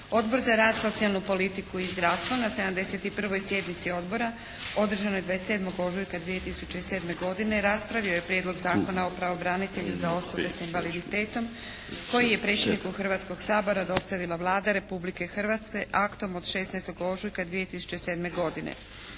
Odbor za rad, socijalnu politiku i zdravstvo na 71. sjednici Odbora održanoj 27. ožujka 2007. godine raspravio je Prijedlog Zakona o pravobranitelju za osobe sa invaliditetom koji je predsjedniku Hrvatskog sabora dostavila Vlada Republike Hrvatske aktom od 16. ožujka 2007. godine.